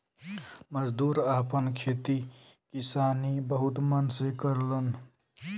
मजदूर आपन खेती किसानी बहुत मन से करलन